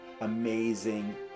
amazing